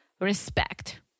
Respect